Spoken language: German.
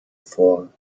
vor